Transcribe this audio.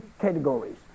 categories